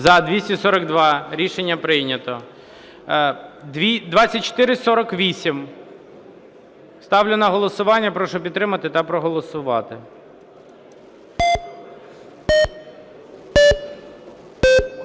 За-242 Рішення прийнято. 2448 ставлю на голосування. Прошу підтримати та проголосувати.